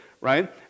right